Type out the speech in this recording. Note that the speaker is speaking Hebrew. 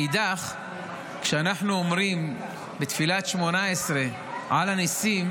מאידך גיסא, כשאנחנו אומרים בתפילת 18 על הניסים,